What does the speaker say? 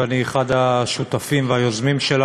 ואני אחד השותפים והיוזמים שלה.